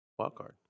wildcard